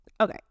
Okay